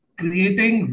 creating